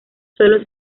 solo